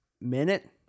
minute